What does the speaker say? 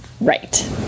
Right